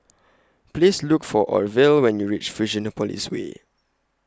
Please Look For Orvel when YOU REACH Fusionopolis Way